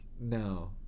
No